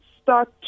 Start